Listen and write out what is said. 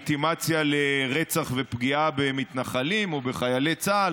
יש לו הרבה מה לומר על לגיטימציה לרצח ופגיעה במתנחלים או בחיילי צה"ל.